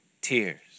tears